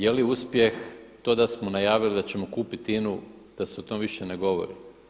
Je li uspjeh to da smo najavili da ćemo kupiti INA-u da se o tome više ne govori?